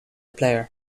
player